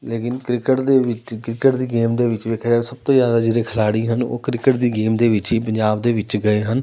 ਲੇਕਿਨ ਕ੍ਰਿਕਟ ਦੇ ਵਿੱਚ ਕ੍ਰਿਕਟ ਦੀ ਗੇਮ ਦੇ ਵਿੱਚ ਦੇਖਿਆ ਜਾਵੇ ਸਭ ਤੋਂ ਜ਼ਿਆਦਾ ਜਿਹੜੇ ਖਿਡਾਰੀ ਹਨ ਉਹ ਕ੍ਰਿਕਟ ਦੀ ਗੇਮ ਦੇ ਵਿੱਚ ਹੀ ਪੰਜਾਬ ਦੇ ਵਿੱਚ ਗਏ ਹਨ